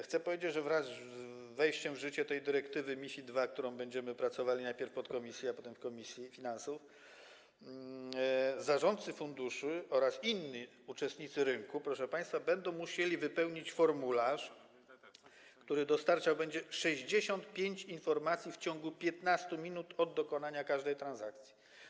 Chcę powiedzieć, że wraz z wejściem w życie tej dyrektywy MiFID II, nad którą będziemy pracowali najpierw w podkomisji, a potem w komisji finansów, zarządcy funduszy oraz inni uczestnicy rynku, proszę państwa, będą musieli wypełnić formularz, który będzie dostarczał 65 informacji w ciągu 15 minut od dokonania każdej transakcji.